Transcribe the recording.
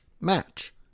match